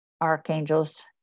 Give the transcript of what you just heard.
archangels